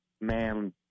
man